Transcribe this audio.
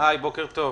קודם כל,